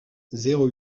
zéro